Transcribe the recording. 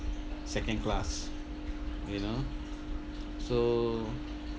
second class you know so